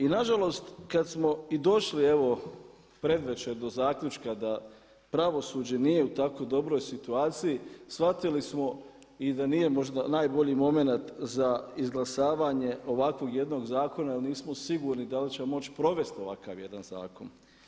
I nažalost kad smo i došli evo predvečer do zaključka da pravosuđe nije u tako dobro situaciji shvatili smo i da nije možda najbolji moment za izglasavanje ovakvog jedno zakona jel nismo sigurni da li ćemo moći provesti ovakav jedan zakon.